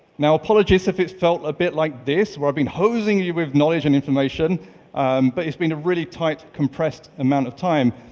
now, apologies if it's felt a bit like this, where i've been hosing you with knowledge and information but it's been a really tight compressed amount of time,